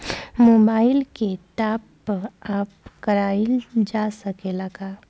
Mobile के टाप आप कराइल जा सकेला का?